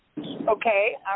Okay